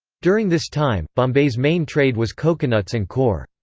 during this time, bombay's main trade was coconuts and coir.